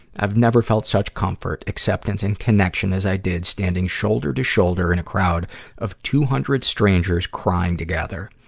i've never felt such comfort, acceptance, and connection as i did standing shoulder to shoulder in a crowd of two hundred strangers crying together.